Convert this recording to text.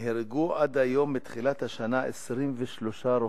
נהרגו עד היום, מתחילת השנה, 23 רוכבים.